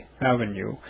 Avenue